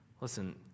Listen